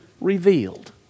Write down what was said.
revealed